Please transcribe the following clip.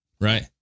Right